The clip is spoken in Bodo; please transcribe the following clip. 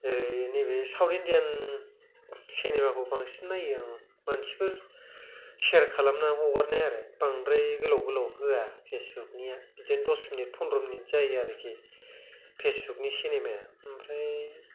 नैबे साउट इन्डियान सिनेमाफोरखौसो नायो आङो मानसिफोर शेयर खालामनानै हगारनान होनाय आरो बांद्राय गोलाव गोलाव होआ फेस्बुकनिया बिदिनो दस मिनिट फन्द्र मिनिट जायो आरोखि फेस्बुकनि सिनेमाया ओमफ्राय